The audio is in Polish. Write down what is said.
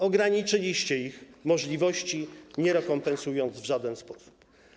Ograniczyliście ich możliwości, nie rekompensując tego w żaden sposób.